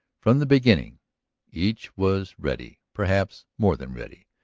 from the beginning each was ready, perhaps more than ready,